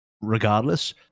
regardless